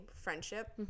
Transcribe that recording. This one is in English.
friendship